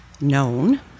known